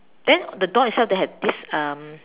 then the door itself they have this um